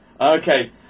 Okay